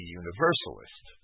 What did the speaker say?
universalist